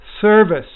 service